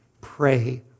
pray